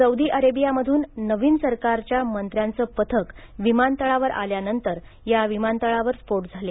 Saudi अरेबियामधून नवीन सरकारच्या मंत्र्यांचं पथक विमानतळावर आल्यानंतर या विमानतळावर स्फोट झाले